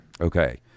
okay